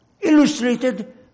illustrated